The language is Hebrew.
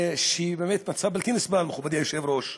והוא באמת מצב בלתי נסבל, מכובדי היושב-ראש,